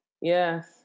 Yes